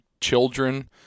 children